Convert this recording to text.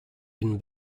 been